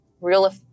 real